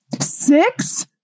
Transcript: Six